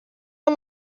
amb